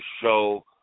show